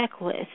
checklist